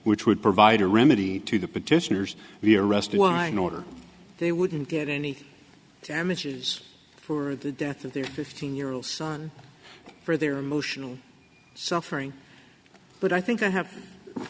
which would provide a remedy to the petitioners we arrest one or they wouldn't get any damages for the death of their fifteen year old son for their emotional suffering but i think i have